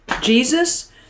Jesus